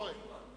אתה טועה.